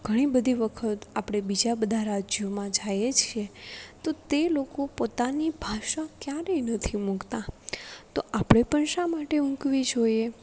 ઘણી બધી વખત આપણે બીજા બધા રાજ્યોમાં જઇએ છીએ તો તે લોકો પોતાની ભાષા ક્યારેય નથી મૂકતાં તો પણ આપણે પણ શા માટે મૂકવી જોઇએ